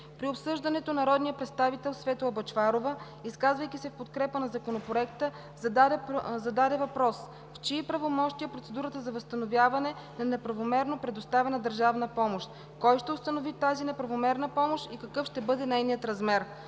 При обсъждането народният представител Светла Бъчварова, изказвайки се в подкрепа на Законопроекта, зададе въпрос в чии правомощия е процедурата за възстановяване на неправомерно предоставена държавна помощ, кой ще установи тази неправомерна помощ и какъв ще бъде нейният размер.